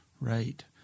right